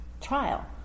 trial